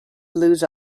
lose